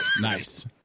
nice